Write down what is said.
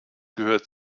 gehört